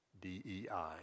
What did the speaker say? D-E-I